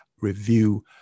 review